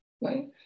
right